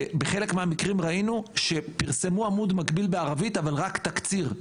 בחלק מהמקרים ראינו שפרסמו עמוד מקביל בערבית אבל רק תקציר,